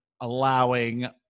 allowing